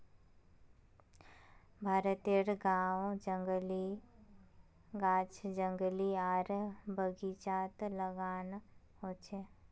भारतेर गाछ जंगली आर बगिचात लगाल होचे